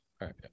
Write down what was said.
right